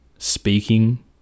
speaking